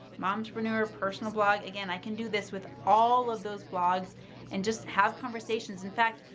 momtrepreneur personal blog again. i can do this with all of those blogs and just have conversations. in fact,